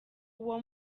uwo